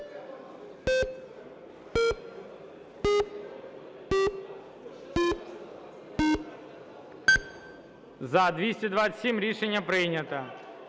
За-305 Рішення прийнято.